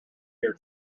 here